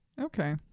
Okay